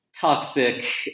toxic